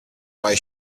why